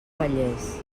vallés